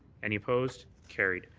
any opposed? carried.